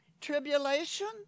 tribulation